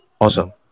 awesome